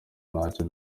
ntacyo